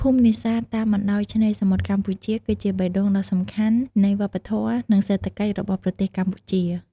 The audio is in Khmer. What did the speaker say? ភូមិនេសាទតាមបណ្តោយឆ្នេរសមុទ្រកម្ពុជា គឺជាបេះដូងដ៏សំខាន់នៃវប្បធម៌ និងសេដ្ឋកិច្ចរបស់ប្រទេសកម្ពុជា។